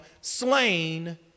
slain